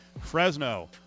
Fresno